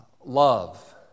love